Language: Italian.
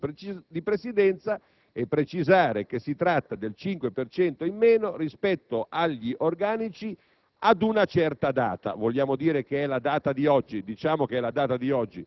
dobbiamo esplicitamente modificare l'orientamento del Consiglio di Presidenza e precisare che si tratta del 5 per cento in meno rispetto agli organici